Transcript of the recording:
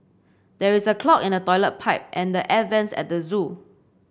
there is a clog in the toilet pipe and air vents at the zoo